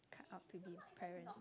cut out to be parents